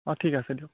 অঁ ঠিক আছে দিয়ক